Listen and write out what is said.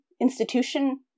institution